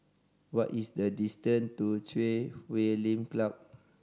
what is the distance to Chui Huay Lim Club